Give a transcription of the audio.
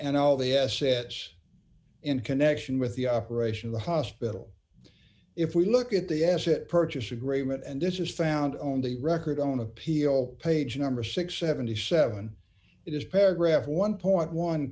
and all the assets in connection with the operation of the hospital if we look at the asset purchase agreement and this is found on the record on appeal page number six hundred and seventy seven it is paragraph one point one